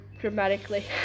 dramatically